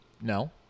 No